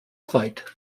fight